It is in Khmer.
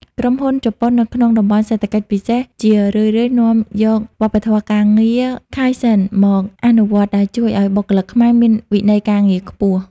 ក្រុមហ៊ុនជប៉ុននៅក្នុង តំបន់សេដ្ឋកិច្ចពិសេស ជារឿយៗនាំយកវប្បធម៌ការងារ "Kaizen" មកអនុវត្ត ដែលជួយឱ្យបុគ្គលិកខ្មែរមានវិន័យការងារខ្ពស់។